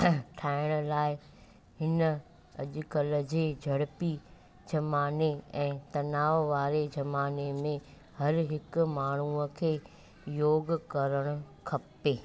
ठाहिण लाइ हिन अॼु कल्ह जे जड़िपी ज़माने ऐं तनाव वारे ज़माने में हरि हिकु माण्हूअ खे योगु करणु खपे